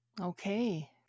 Okay